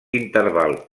interval